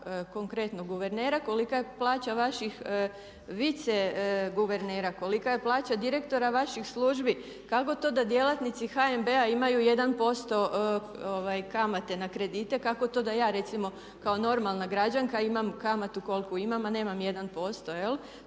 konkretno guvernera, kolika je plaća vaših viceguvernera, kolika je plaća direktora vaših službi? Kako to da djelatnici HNB-a imaju 1% kamate na kredite a kako to da ja recimo kao normalna građanka imam kamatu koliko imam a nema 1%? To je